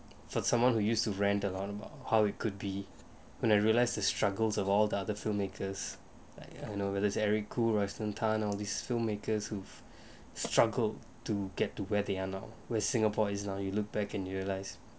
for someone who used to ran alone how it could be when I realise the struggles of all the other filmmakers I know whether is eric khoo royston tan all these filmmakers who've struggled to get to where they are now where singapore is now you look back and realise